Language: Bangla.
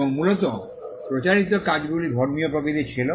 এবং মূলত প্রচারিত কাজগুলি ধর্মীয় প্রকৃতির ছিল